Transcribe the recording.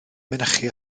mynychu